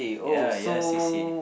ya yes c_c_a